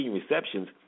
receptions